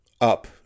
Up